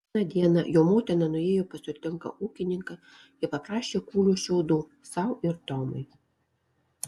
vieną dieną jo motina nuėjo pas turtingą ūkininką ir paprašė kūlio šiaudų sau ir tomui